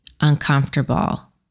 uncomfortable